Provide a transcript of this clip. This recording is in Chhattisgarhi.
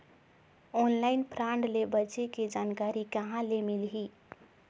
ऑनलाइन फ्राड ले बचे के जानकारी कहां ले मिलही?